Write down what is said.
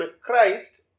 Christ